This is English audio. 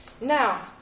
Now